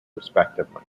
respectively